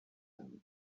him